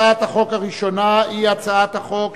הצעת החוק הראשונה היא הצעת חוק